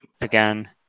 again